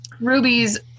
Ruby's